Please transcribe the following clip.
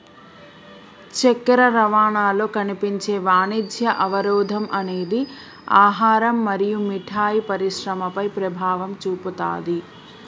చక్కెర రవాణాలో కనిపించే వాణిజ్య అవరోధం అనేది ఆహారం మరియు మిఠాయి పరిశ్రమపై ప్రభావం చూపుతాది